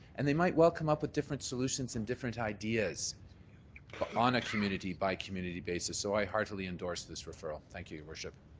and they might welcome up with different solutions and different ideas on a community by community basis. so i heartily endorse this referral. thank you, your worship.